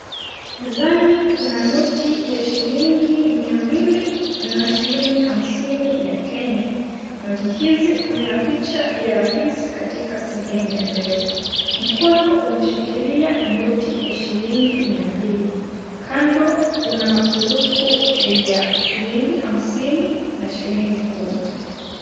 Mezani kuna noti ya shilingi mia mbili na shilingi hamsini ya Kenya. Noti hizi zina picha ya rais katika sehemu ya mbele. Mkono umeshikilia noti ya shilingi mia mbili. Kando kuna masurufu ya shilingi hamsini na shilingi kumi.